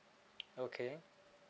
okay